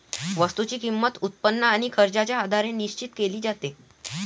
वस्तूची किंमत, उत्पन्न आणि खर्चाच्या आधारे निश्चित केली जाते